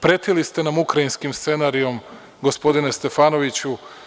Pretili ste nam Ukrajinskim scenarijom, gospodine Stefanoviću.